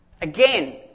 Again